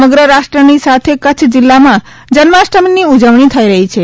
સમગ્ર રાષ્ટ્ર્ની સાથે કચ્છ જિલ્લામાં જન્માષ્ટમીની ઉજવણી થઈ રહી છે